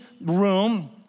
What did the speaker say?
room